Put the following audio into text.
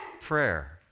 prayer